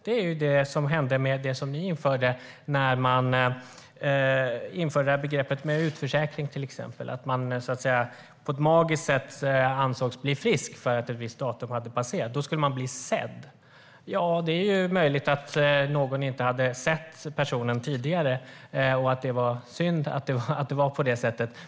Det var det som hände när ni införde till exempel begreppet utförsäkring, att man på ett magiskt sätt ansågs bli frisk därför att ett visst datum hade passerats. Då skulle man bli sedd. Det är möjligt att någon inte hade sett personen tidigare, och det var synd att det var så.